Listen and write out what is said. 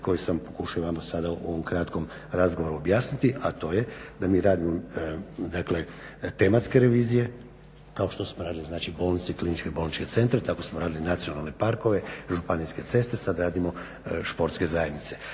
koju sam pokušao vama sada u ovom kratkom razgovoru objasniti, a to je tematske revizije kao što smo radili bolnice i kliničke bolničke centre, tako smo radili nacionalne parkove, županijske ceste sada radimo sportske zajednice.